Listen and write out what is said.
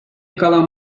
kalan